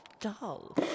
dull